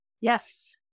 yes